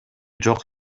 жок